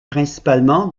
principalement